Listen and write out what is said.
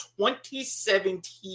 2017